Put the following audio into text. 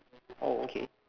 oh okay